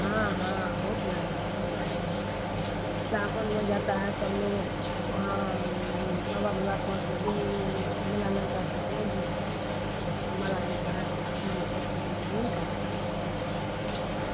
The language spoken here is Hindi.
हाँ हाँ बहुत मेला लगता है ना सावन में जाता है सब लोग वहाँ बाबा भोला था तो जो भी मेला लगता है भी माला है करता है हाँ